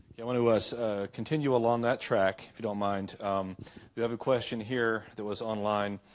you want to us continue along that track if you don't mind we have a question here that was on line